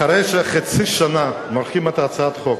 אחרי שחצי שנה מורחים את הצעת החוק